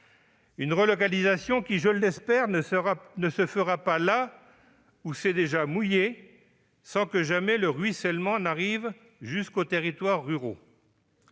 cette relocalisation ne se fera pas là où c'est déjà mouillé, sans que jamais le ruissellement arrive jusqu'aux territoires ruraux.